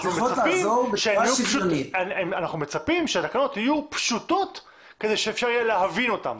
אנחנו מצפים שהתקנות יהיו פשוטות כדי שאפשר יהיה להבין אותן.